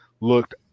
looked